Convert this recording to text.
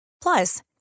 Plus